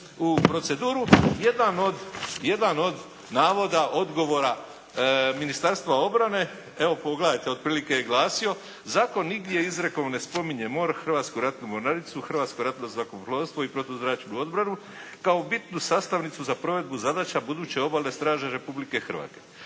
u proceduru jedan od navoda, odgovora Ministarstva obrane, evo pogledajte otprilike je glasio, zakon nigdje izrijekom ne spominje MORH, Hrvatsku ratnu mornaricu, Hrvatsko ratno zrakoplovstvo i protuzračnu obranu kao bitnu sastavnicu za provedbu zadaća buduće Obalne straže Republike Hrvatske,